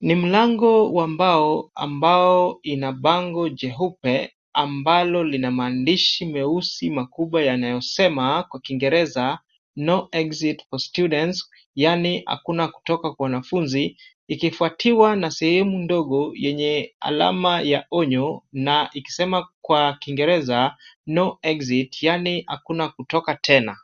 Ni mlango wa mbao ambao ina bango jeupe ambalo lina maandishi meusi makubwa yanayosema kwa kiingereza no exit for students yaani hakuna kutoka kwa wanafunzi ikifuatiwa na sehemu ndogo yenye alama ya onyo na ikisema kwa kiingereza no exit yaani hakuna kutoka tena.